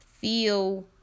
feel